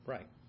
Right